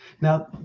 Now